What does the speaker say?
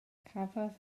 cafodd